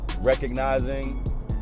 Recognizing